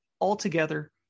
altogether